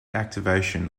activation